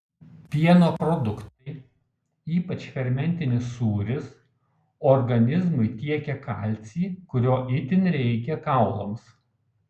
pieno produktai ypač fermentinis sūris organizmui tiekia kalcį kurio itin reikia kaulams